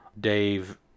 Dave